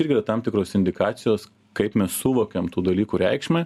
irgi tam tikros indikacijos kaip mes suvokiam tų dalykų reikšmę